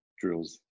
drills